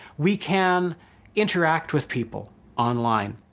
we can interact with people online.